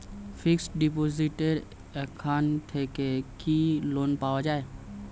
Fix ডিপোজিটের এখান থেকে কি লোন পাওয়া যায়?